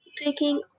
taking